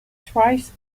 thrice